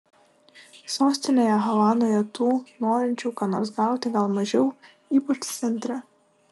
sostinėje havanoje tų norinčių ką nors gauti gal mažiau ypač centre